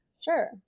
sure